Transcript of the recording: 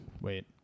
Wait